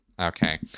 Okay